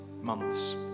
months